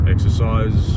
Exercise